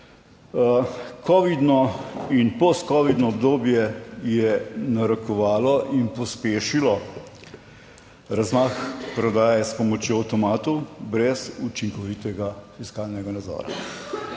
Covidno in post covidno obdobje je narekovalo in pospešilo razmah prodaje s pomočjo avtomatov brez učinkovitega fiskalnega nadzora.